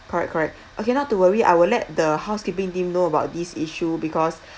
correct correct okay not to worry I will let the housekeeping team know about this issue because